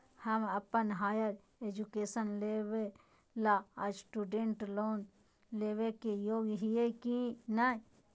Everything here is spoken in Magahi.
हम अप्पन हायर एजुकेशन लेबे ला स्टूडेंट लोन लेबे के योग्य हियै की नय?